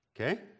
Okay